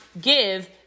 give